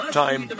time